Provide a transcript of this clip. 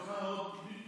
03:00. הניסיון שלי אומר.